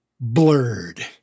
blurred